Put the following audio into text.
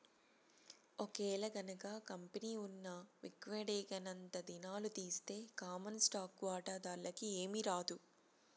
ఒకేలగనక కంపెనీ ఉన్న విక్వడేంగనంతా దినాలు తీస్తె కామన్ స్టాకు వాటాదార్లకి ఏమీరాదు